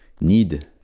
need